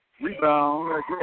Rebound